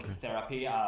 therapy